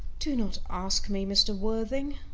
do not ask me, mr. worthing.